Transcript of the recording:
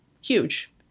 huge